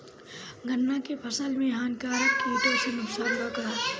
गन्ना के फसल मे हानिकारक किटो से नुकसान बा का?